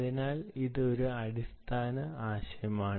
അതിനാൽ ഇത് ഒരു അടിസ്ഥാന ആശയമാണ്